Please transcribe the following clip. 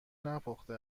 نپخته